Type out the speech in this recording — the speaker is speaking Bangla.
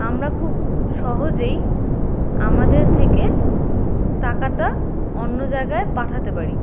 আমরা খুব সহজেই আমাদের থেকে টাকাটা অন্য জায়গায় পাঠাতে পারি